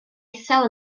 isel